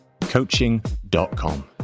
coaching.com